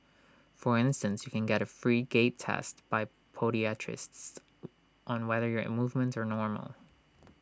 for instance you can get A free gait test by podiatrists on whether your movements are normal